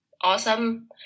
awesome